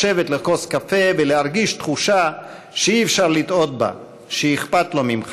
לשבת לכוס קפה ולהרגיש תחושה שאי-אפשר לטעות בה שאכפת לו ממך.